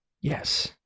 Yes